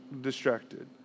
distracted